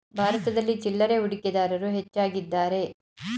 ಭಾರತದಲ್ಲಿ ಚಿಲ್ಲರೆ ಹೂಡಿಕೆದಾರರು ಹೆಚ್ಚಾಗಿದ್ದಾರೆ